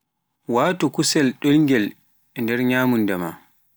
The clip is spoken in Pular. waatu kusel ɗungel e nder nyamunda maa.